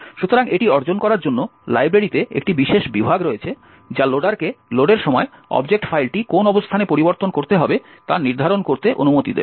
সুতরাং এটি অর্জন করার জন্য লাইব্রেরিতে একটি বিশেষ বিভাগ রয়েছে যা লোডারকে লোডের সময় অবজেক্ট ফাইলটি কোন অবস্থানে পরিবর্তন করতে হবে তা নির্ধারণ করতে অনুমতি দেবে